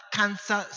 cancer